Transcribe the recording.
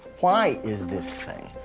why is this thing?